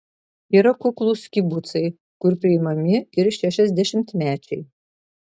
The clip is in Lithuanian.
yra kuklūs kibucai kur priimami ir šešiasdešimtmečiai